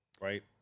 right